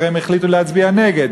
כי הרי הם החליטו להצביע נגד.